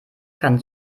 kann